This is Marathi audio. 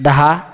दहा